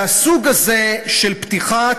והסוג הזה של פתיחת,